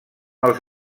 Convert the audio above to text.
als